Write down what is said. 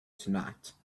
tonight